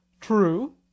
True